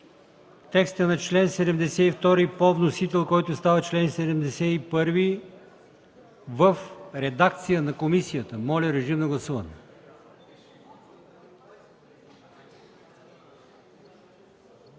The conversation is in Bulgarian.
текста на чл. 72 по вносител, който става чл. 71, в редакция на комисията. Моля, режим на гласуване.